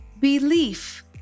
belief